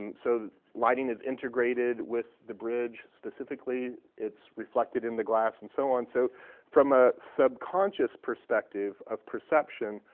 and so lighting is integrated with the bridge specifically, it's reflected in the glass and so on. so from a subconscious perspective of perception,